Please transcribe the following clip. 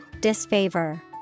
disfavor